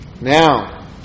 Now